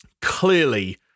clearly